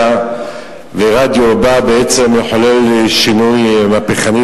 ורדיו בא בעצם לחולל שינוי מהפכני,